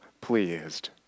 pleased